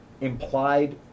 implied